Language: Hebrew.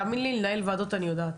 תאמין לי שלנהל ועדות אני יודעת.